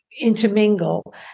intermingle